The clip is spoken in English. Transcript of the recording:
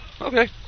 Okay